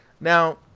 Now